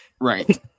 Right